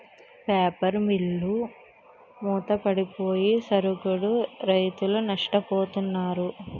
paper మిల్లులు మూతపడిపోయి సరుగుడు రైతులు నష్టపోతున్నారు